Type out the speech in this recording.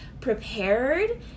prepared